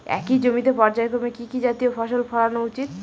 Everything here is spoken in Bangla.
একই জমিতে পর্যায়ক্রমে কি কি জাতীয় ফসল ফলানো উচিৎ?